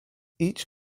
each